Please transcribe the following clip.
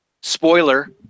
Spoiler